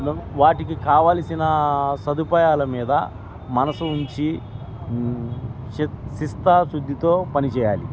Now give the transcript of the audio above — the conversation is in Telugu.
వాటికి కావలసిన సదుపాయాల మీద మనసు ఉంచి చిత్త శుద్ధితో పనిచేయాలి